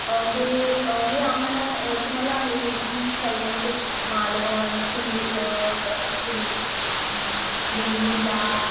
हे हे आम्हाला तुम्हाला हे वीक साईडला म्हणजे मालवण सिंध इकडे वेंगुर्ला